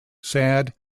sad